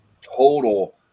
total